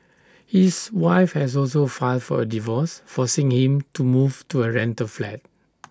his wife has also filed for A divorce forcing him to move to A rental flat